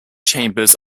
chambers